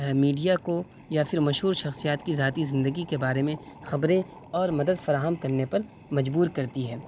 media کو یا پھر مشہور شخصیات کی ذاتی زندگی کے بارے میں خبریں اور مدد فراہم کرنے پر مجبور کرتی ہے